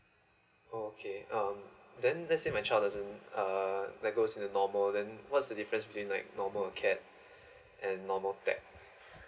oh okay um then that's my child doesn't uh that goes a normal then what's the difference between like normal cap and normal tech